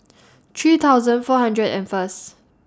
three thousand four hundred and First